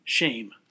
shame